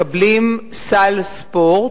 מקבל סל ספורט,